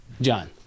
John